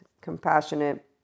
compassionate